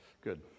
Good